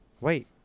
Wait